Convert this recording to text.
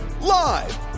live